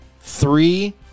three